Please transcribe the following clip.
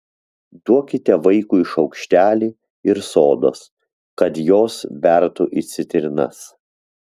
duokite vaikui šaukštelį ir sodos kad jos bertų į citrinas